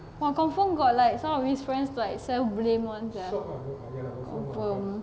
!wah! confirm got like some of his friends like self blame one sia confirm